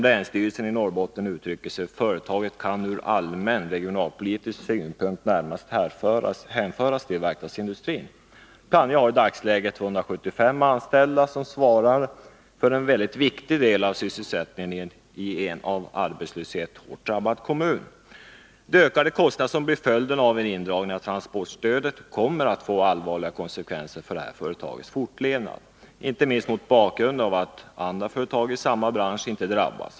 Länsstyrelsen i Luleå förklarar också att ”företaget kan ur allmän regionalpolitisk synpunkt närmast hänföras till verkstadsindustrin”. Plannja har i dagsläget 275 anställda, som svarar för en väldigt viktig del av sysselsättningen i en av arbetslöshet hårt drabbad kommun. De ökade kostnader som blir följden av en indragning av transportstödet kommer att få allvarliga konsekvenser för detta företags fortlevnad, inte minst mot bakgrund av att andra företag i samma bransch inte drabbas.